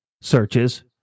searches